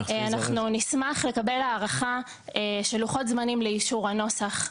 אנחנו נשמח לקבל הערכה של לוחות זמנים לאישור הנוסח,